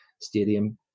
Stadium